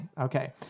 Okay